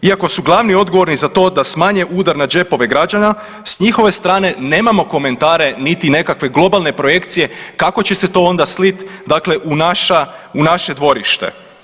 Iako su glavni i odgovorni za to da smanje udar na džepove građana, s njihove strane nemamo komentare niti nekakve globalne projekcije kako će se to onda slit dakle u naša, u naše dvorište.